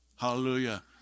Hallelujah